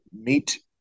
meet